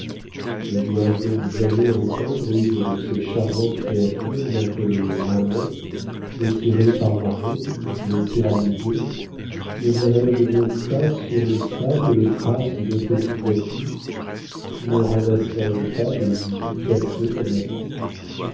ne dois-je donc jamais entendre une de ces charmantes créatures m'appeler maman me tirer par ma robe me tyranniser ne verrai-je donc pas sur le sable les traces d'une petite voiture ne ramasserai je pas des joujoux cassés dans ma cour